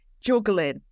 juggling